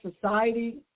society